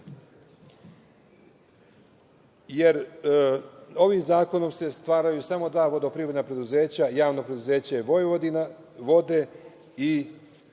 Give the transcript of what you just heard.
jer ovim zakonom se stvaraju samo dva vodoprivredna preduzeća, Javno preduzeće „Vojvodinavode“ i Javno